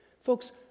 Folks